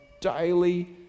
daily